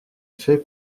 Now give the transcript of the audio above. fait